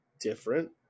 different